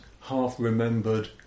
half-remembered